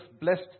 blessed